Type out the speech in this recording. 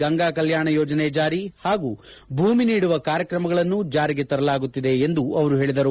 ಗಂಗಾಕಲ್ಯಾಣ ಯೋಜನೆ ಜಾರಿ ಹಾಗೂ ಭೂಮಿ ನೀಡುವ ಕಾರ್ಯಕ್ರಮಗಳನ್ನು ಜಾರಿಗೆ ತರಲಾಗುತ್ತಿದೆ ಎಂದು ಅವರು ಹೇಳಿದರು